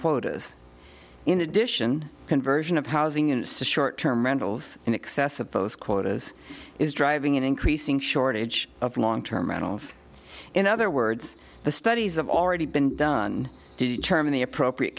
quotas in addition conversion of housing units to short term rentals in excess of those quotas is driving an increasing shortage of long term rentals in other words the studies of already been done to determine the appropriate